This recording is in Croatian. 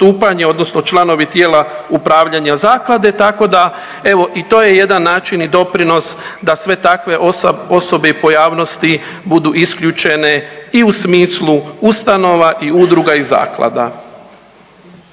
odnosno članovi tijela upravljanja zaklade. Tako da evo i to je jedan način i doprinos da sve takve osobe i pojavnosti budu isključene i u smislu ustanova i udruga i zaklada.